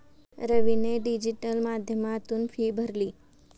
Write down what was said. रवीने डिजिटल माध्यमातून फी भरली